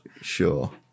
Sure